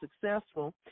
successful